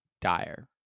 dire